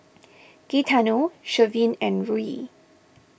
Gaetano Sherwin and Ruie